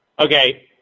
okay